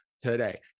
today